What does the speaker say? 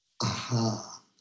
Aha